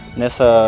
nessa